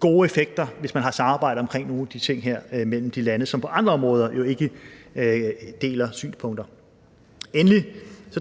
gode effekter, hvis man har samarbejde omkring nogle af de her ting mellem de lande, som på andre områder jo ikke deler synspunkter. Endelig